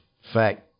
fact